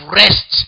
rest